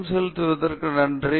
கவனம் செலுத்துவதற்கு நன்றி